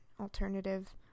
alternative